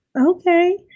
Okay